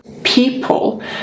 people